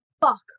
fuck